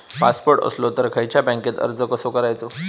Passport असलो तर खयच्या बँकेत अर्ज कसो करायचो?